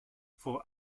for